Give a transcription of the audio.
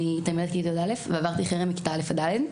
אני תלמידת כיתה י"א ועברתי חרם מכיתה א' עד ד'.